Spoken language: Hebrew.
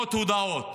עשרות הודעות